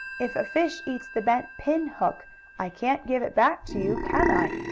if a fish eats the bent pin hook i can't give it back to you can i?